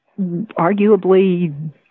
arguably